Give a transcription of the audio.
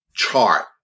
chart